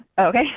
Okay